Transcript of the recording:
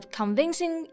convincing